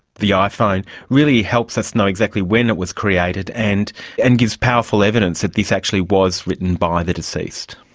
the iphone really helps us know exactly when it was created and and gives powerful evidence that this actually was written by the deceased.